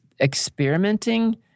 experimenting